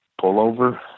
pullover